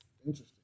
Interesting